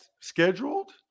scheduled